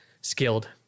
skilled